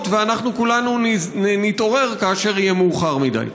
ואנחנו כולנו נתעורר כאשר יהיה מאוחר מדי?